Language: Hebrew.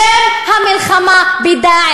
מאבק פוליטי בשם המלחמה ב"דאעש".